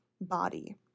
body